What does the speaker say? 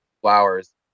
flowers